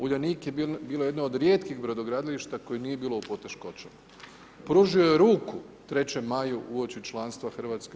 Uljanik je bio jedan od rijetkih brodogradilišta koje nije bilo u poteškoćama, pružao je ruku 3.maju uoči članstva Hrvatske EU.